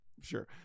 Sure